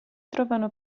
trovano